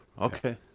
okay